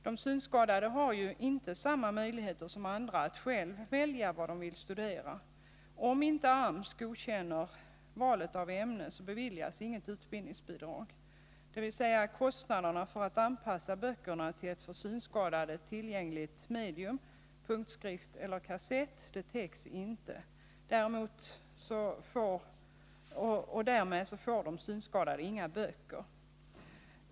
De synskadade har inte samma möjligheter som andra att själva välja vad de vill studera. Om inte AMS godkänner valet av ämne, beviljas inget utbildningsbidrag, och då täcks inte kostnaderna för att anpassa böckerna till ett för synskadade tillgängligt medium . Därmed får de synskadade inga böcker.